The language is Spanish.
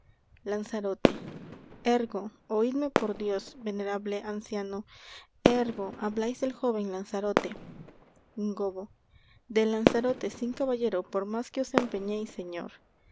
lanzarote ergo oidme por dios venerable anciano ergo hablais del jóven lanzarote gobbo de lanzarote sin caballero por más que os empeñeis señor